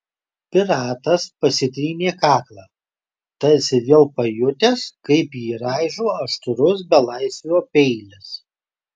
piratas pasitrynė kaklą tarsi vėl pajutęs kaip jį raižo aštrus belaisvio peilis